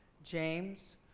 james.